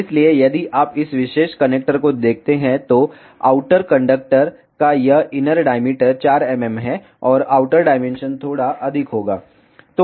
इसलिए यदि आप इस विशेष कनेक्टर में देखते हैं तो आउटर कंडक्टर का यह इनर डाईमीटर 4 mm है और आउटर डायमेंशन थोड़ा अधिक होगा